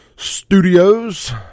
studios